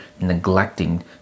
neglecting